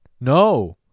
No